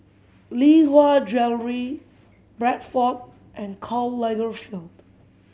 Lee Hwa Jewellery Bradford and Karl Lagerfeld